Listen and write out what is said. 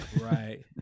Right